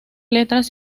letras